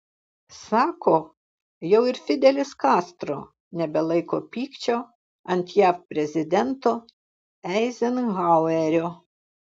sako jau ir fidelis kastro nebelaiko pykčio ant jav prezidento eizenhauerio